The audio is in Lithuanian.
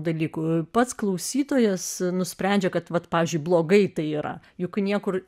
dalykų pats klausytojas nusprendžia kad vat pavyzdžiui blogai tai yra juk niekur